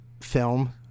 film